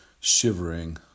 shivering